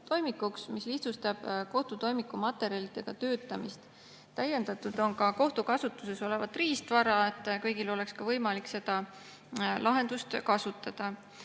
kohtutoimikuks, mis lihtsustab kohtutoimiku materjalidega töötamist. Täiendatud on ka kohtu kasutuses olevat riistvara, et kõigil oleks võimalik seda lahendust kasutada.